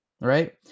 right